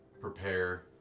prepare